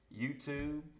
YouTube